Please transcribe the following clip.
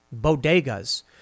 bodegas